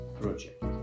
project